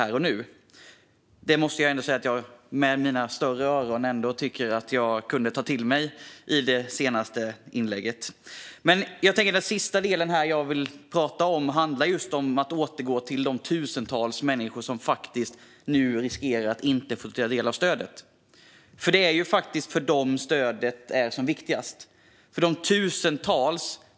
Jag tycker att jag med mina större öron kunde höra det i det senaste inlägget. Det sista jag vill ta upp här handlar om de tusentals människor som nu riskerar att inte få ta del av stödet. Det är ju för dem stödet är som viktigast.